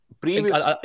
Previous